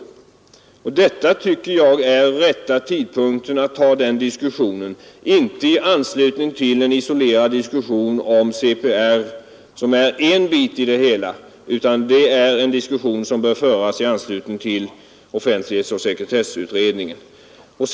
Detta är inte rätta tidpunkten att ta den Inrättande av ett slutliga diskussionen, utan diskussionen bör föras i anslutning till Centralt personoffentlighetsoch sekretessutredningen. register, m.m.